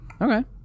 Okay